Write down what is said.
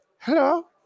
Hello